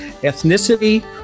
ethnicity